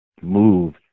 move